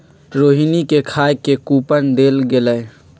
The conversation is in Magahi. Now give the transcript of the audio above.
रोहिणी के खाए के कूपन देल गेलई